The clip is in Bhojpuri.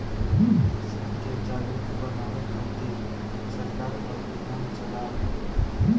किसान के जागरुक बानवे खातिर सरकार अभियान चला रहल बा